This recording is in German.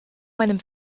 meinem